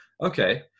okay